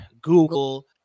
google